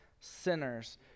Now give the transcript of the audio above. sinners